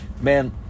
man